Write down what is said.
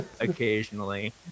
occasionally